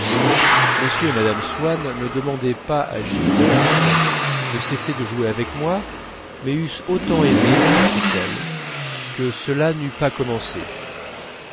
m et mme swann ne demandaient pas à gilberte de cesser de jouer avec moi mais eussent autant aimé pensait-elle que cela n'eût pas commencé